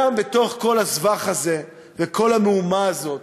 גם בתוך כל הסבך הזה וכל המהומה הזאת,